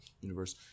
universe